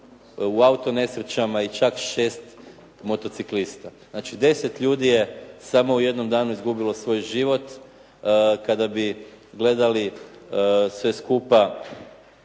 4 osobe i čak 6 motociklista. Znači 10 ljudi je samo u jednom danu izgubilo svoj život. Kada bi gledali sve skupa,